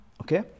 Okay